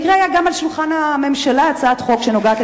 במקרה היתה על שולחן הממשלה הצעת חוק שנוגעת